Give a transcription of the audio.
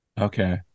Okay